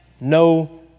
no